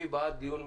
מי בעד דיון?